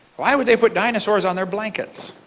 why would they put dinosaurs on their blankets?